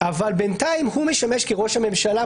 אבל בינתיים הוא משמש כראש הממשלה,